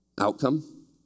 Outcome